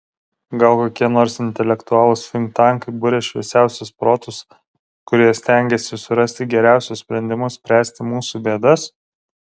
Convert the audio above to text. gal kokie nors intelektualūs finktankai buria šviesiausius protus kurie stengiasi surasti geriausius sprendimus spręsti mūsų bėdas